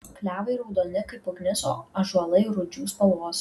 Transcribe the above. klevai raudoni kaip ugnis o ąžuolai rūdžių spalvos